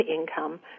income